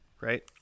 right